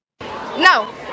No